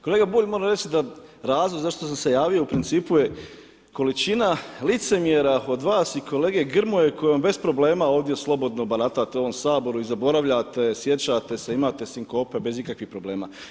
Kolega Bulj, … [[Govornik se ne razumije]] razlog zašto sam se javio u principu je količina licemjera od vas i kolege Grmoje kojom bez problema ovdje slobodno baratate u ovom Saboru i zaboravljate, sjećate se, imate sinkope bez ikakvih problema.